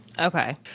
okay